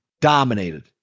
dominated